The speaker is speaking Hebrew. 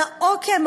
על העוקם?